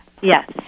Yes